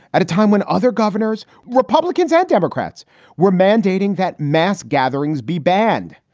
at a time when other governors, republicans and democrats were mandating that mass gatherings be banned.